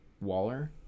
waller